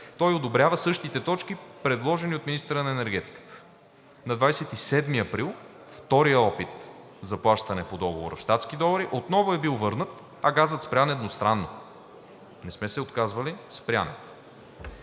той одобрява същите точки, предложени от министъра на енергетиката. На 27 април вторият опит за плащане по Договора в щатски долари отново е бил върнат, а газът спрян едностранно. Не сме се отказвали – спрян.